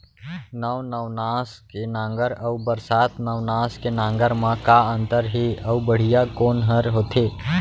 नौ नवनास के नांगर अऊ बरसात नवनास के नांगर मा का अन्तर हे अऊ बढ़िया कोन हर होथे?